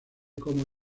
como